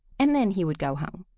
and then he would go home.